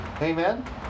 amen